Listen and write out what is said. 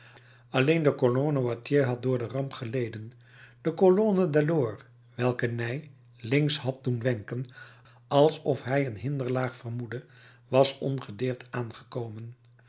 alleen de colonne wathier had door de ramp geleden de colonne delord welke ney links had doen zwenken alsof hij een hinderlaag vermoedde was ongedeerd aangekomen